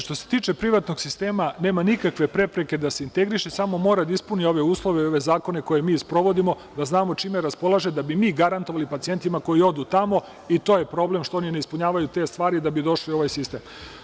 Što se tiče privatnog sistema nema nikakve prepreke da se integriše, samo mora da ispuni ove uslove i ove zakone koji mi sprovodimo, da znamo čime raspolaže da bi mi garantovali pacijentima koji odu tamo i to je problem što oni ne ispunjavaju te stvari da bi došli u ovaj sistem.